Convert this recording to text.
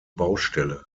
baustelle